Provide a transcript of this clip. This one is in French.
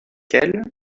elle